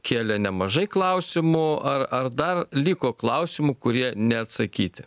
kėlė nemažai klausimų ar ar dar liko klausimų kurie neatsakyti